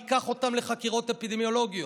ניקח אותם לחקירות אפידמיולוגיות,